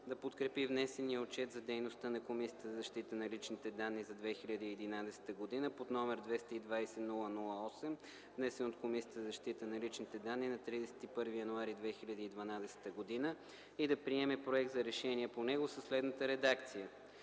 да подкрепи внесения Отчет за дейността на Комисията за защита на личните данни за 2011 г., № 220-00-8, внесен от Комисията за защита на личните данни на 31 януари 2012 г. и да приеме Проект за решение по него със следната редакция: